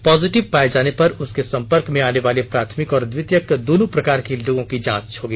positive पाये जाने पर उसके सम्पर्क में आने वाले प्राथमिक और द्वितीयक दोनों प्रकार के लोगों की जांच की जाएगी